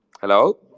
Hello